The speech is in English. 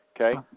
Okay